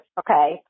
okay